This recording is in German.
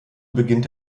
beginnt